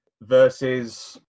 versus